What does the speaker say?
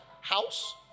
house